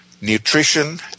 nutrition